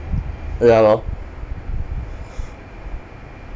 ya lor